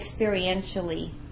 experientially